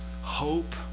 hope